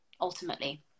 ultimately